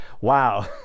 wow